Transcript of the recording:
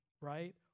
right